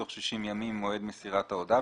בתוך 60 ימים ממועד מסירת ההודעה,